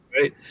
Right